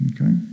Okay